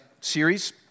series